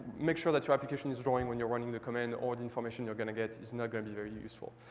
make sure that your application is drawing when you're running the command or the information you're going to get is not going to be very useful.